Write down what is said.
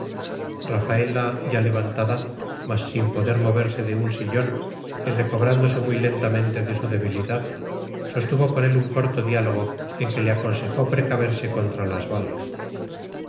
rafaela ya levantada mas sin poder moverse de un sillón y recobrándose muy lentamente de su debilidad sostuvo con él un corto diálogo en que le aconsejó precaverse contra las balas